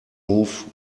move